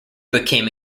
became